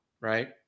right